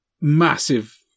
massive